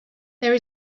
there